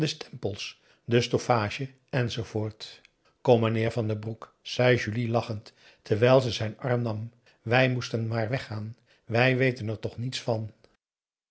de stoffage enz kom meneer van den broek zei julie lachend terwijl ze zijn arm nam wij moesten maar weggaan wij weten er toch niets van